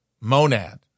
monad